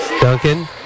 Duncan